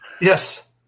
Yes